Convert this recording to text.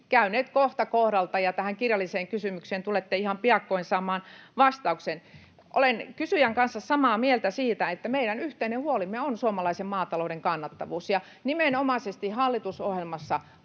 käyneet kohta kohdalta läpi, ja tähän kirjalliseen kysymykseen tulette ihan piakkoin saamaan vastauksen. Olen kysyjän kanssa samaa mieltä siitä, että meillä on yhteinen huoli suomalaisen maatalouden kannattavuudesta. Nimenomaisesti hallitusohjelmassa